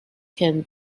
can